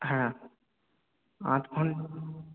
হ্যাঁ আধ ঘন্টা